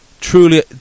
truly